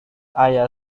ayah